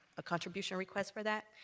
a contribution request for that.